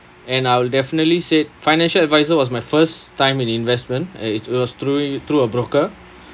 and I will definitely said financial advisor was my first time in investment and it was through through a broker